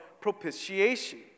propitiation